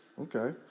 okay